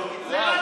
זה רק אתה.